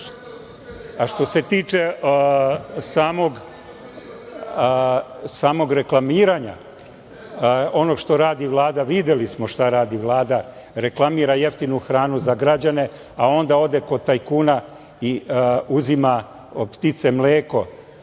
se tiče samog reklamiranja onog što radi Vlada, videli smo šta radi Vlada, reklamira jeftinu hranu za građane, a onda ode kod tajkuna i uzima od ptice mleko